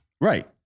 Right